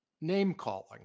Name-calling